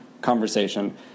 conversation